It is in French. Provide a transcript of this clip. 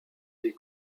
des